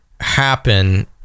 happen